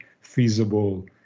feasible